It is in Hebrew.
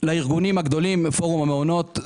לארגונים הגדולים מפורום המעונות,